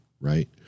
right